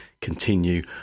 continue